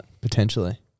potentially